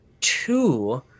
Two